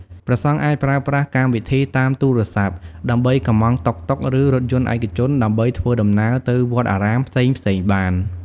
ព្រះសង្ឃអាចប្រើប្រាស់កម្មវិធីតាមទូរស័ព្ទ ដើម្បីកម្មង់តុកតុក ឬ រថយន្តឯកជន ដើម្បីធ្វើដំណើរទៅវត្តអារាមផ្សេងៗបាន។